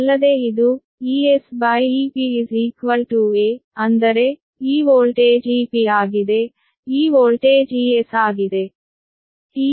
ಅಲ್ಲದೆ ಇದು EsEpa ಅಂದರೆ ಈ ವೋಲ್ಟೇಜ್ Epಆಗಿದೆ ಈ ವೋಲ್ಟೇಜ್ Es